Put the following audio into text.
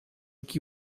que